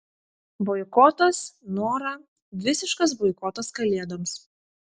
boikotas nora visiškas boikotas kalėdoms